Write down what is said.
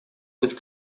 быть